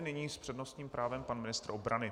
Nyní s přednostním právem pan ministr obrany.